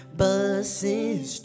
buses